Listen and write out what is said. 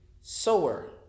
sower